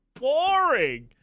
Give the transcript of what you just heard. boring